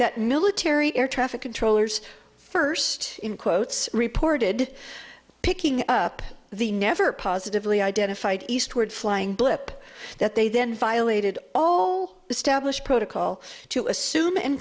that military air traffic controllers first in quotes reported picking up the never positively identified eastward flying blip that they then violated all established protocol to assume and